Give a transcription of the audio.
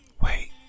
Wait